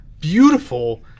Beautiful